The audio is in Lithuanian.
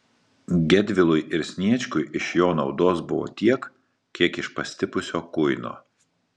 gedvilui ir sniečkui iš jo naudos buvo tiek kiek iš pastipusio kuino